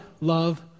love